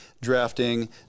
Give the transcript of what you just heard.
drafting